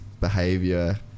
behavior